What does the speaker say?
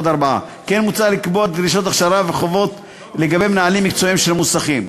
כמו כן מוצע לקבוע דרישות הכשרה וחובות לגבי מנהלים מקצועיים של מוסכים.